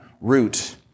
root